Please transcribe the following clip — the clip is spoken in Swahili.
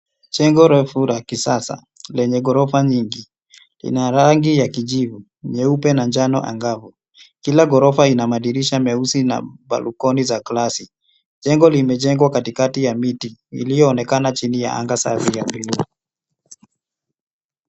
Jengo refu la kisasa lenye ghorofa nyingi. Lina rangi ya kijivu, nyeupe na njano angavu. Kila ghorofa ina madirisha meusi na balukoni za glasi. Jengo limejengwa katikati ya miti, iyoonekana chini ya anga safi ya blue .